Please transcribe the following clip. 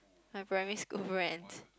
my primary school friends